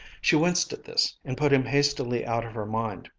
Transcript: she winced at this, and put him hastily out of her mind.